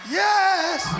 yes